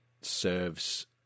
serves